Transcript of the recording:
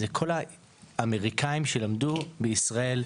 זה כל האמריקאים שלמדו בישראל,